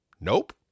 nope